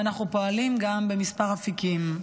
ואנחנו פועלים גם בכמה אפיקים: